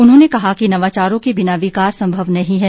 उन्होंने कहा कि नवाचारों के बिना विकास संभव नहीं है